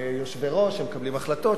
יושבי-ראש שמקבלים החלטות,